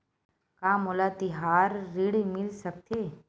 का मोला तिहार ऋण मिल सकथे?